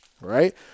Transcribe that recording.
right